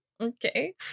Okay